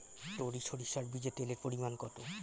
টরি সরিষার বীজে তেলের পরিমাণ কত?